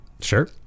Sure